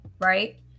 right